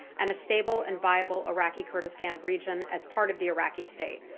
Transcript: and a stable and viable iraqi kurdistan region as part of the iraqi state.